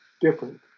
different